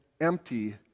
empty